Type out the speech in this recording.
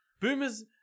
Boomers